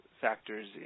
factors